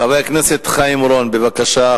חבר הכנסת חיים אורון, בבקשה.